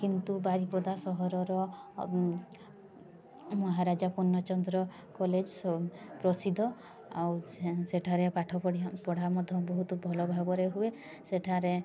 କିନ୍ତୁ ବାରିପଦା ସହରର ମହାରାଜା ପୂର୍ଣଚନ୍ଦ୍ର କଲେଜ୍ ପ୍ରସିଦ୍ଧ ଆଉ ସେ ସେଠାରେ ପାଠ ପଢ଼ିବା ପଢ଼ା ମଧ୍ୟ ବହୁତ ଭଲ ଭାବରେ ହୁଏ ସେଠାରେ